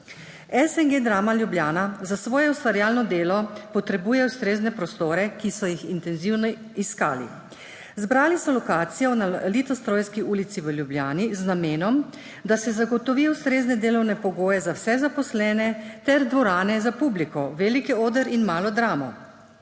SNG Drama Ljubljana za svoje ustvarjalno delo potrebuje ustrezne prostore, ki so jih intenzivno iskali. Zbrali so lokacijo na Litostrojski ulici v Ljubljani z namenom, da se zagotovi ustrezne delovne pogoje za vse zaposlene ter dvorane za publiko, veliki oder in malo dramo.